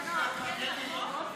מאחר ששמעתי חלק מהדברים,